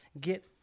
get